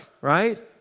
right